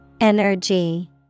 Energy